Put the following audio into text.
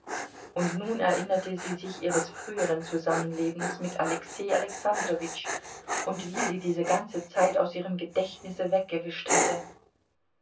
und nun erinnerte sie sich ihres früheren zusammenlebens mit alexei alexandrowitsch und wie sie diese ganze zeit aus ihrem gedächtnisse weggewischt hatte